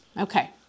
Okay